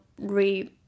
re-